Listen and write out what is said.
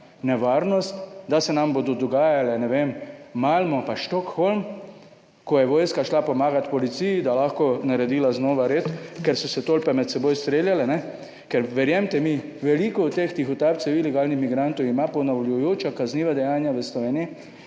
nevarnost, da se nam bodo dogajale, ne vem, Malmo pa Stockholm, ko je vojska šla pomagat policiji, da lahko naredila znova red, ker so se tolpe med seboj streljale. Verjemite mi, veliko teh tihotapcev ilegalnih migrantov ima ponavljajoča kazniva dejanja v Sloveniji